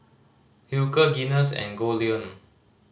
Hilker Guinness and Goldlion